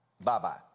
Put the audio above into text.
bye-bye